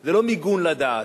זה לא מיגון לדעת.